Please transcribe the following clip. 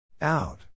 Out